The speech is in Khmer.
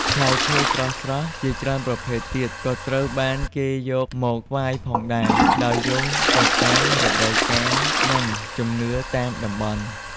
ផ្លែឈើស្រស់ៗ ជាច្រើនប្រភេទទៀតក៏ត្រូវបានគេយកមកថ្វាយផងដែរ ដោយយោងទៅតាមរដូវកាល និងជំនឿតាមតំបន់។